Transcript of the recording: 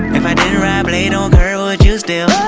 if i didn't ride blade on curve would you still